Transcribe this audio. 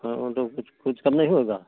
हाँ और तो कुछ कुछ कम नहीं होएगा